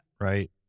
Right